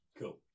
Cool